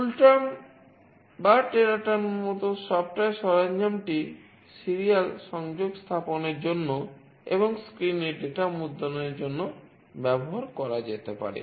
কুলটার্ম মুদ্রণের জন্য ব্যবহার করা যেতে পারে